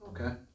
Okay